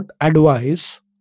advice